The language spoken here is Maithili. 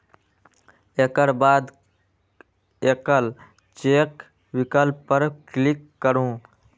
एकर बाद एकल चेक विकल्प पर क्लिक करू